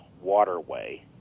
waterway